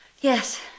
Yes